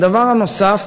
הדבר הנוסף,